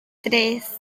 tres